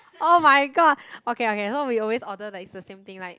oh-my-god okay okay so we always order like it's the same thing like